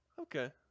okay